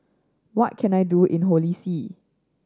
what can I do in Holy See